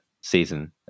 season